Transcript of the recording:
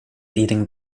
eating